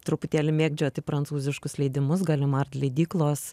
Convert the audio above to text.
truputėlį mėgdžioti prancūziškus leidimus galima ar leidyklos